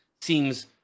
seems